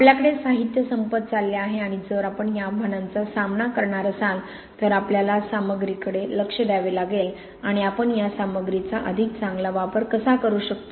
आपल्याकडे साहित्य संपत चालले आहे आणि जर आपण या आव्हानांचा सामना करणार असाल तर आपल्याला सामग्रीकडे लक्ष द्यावे लागेल आणि आपण या सामग्रीचा अधिक चांगला वापर कसा करू शकतो